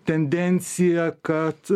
tendencija kad